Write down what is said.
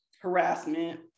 harassment